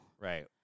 Right